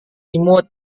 imut